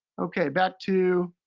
okay, back to